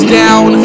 down